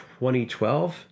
2012